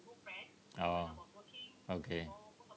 oh okay